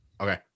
Okay